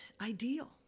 ideal